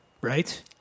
right